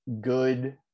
good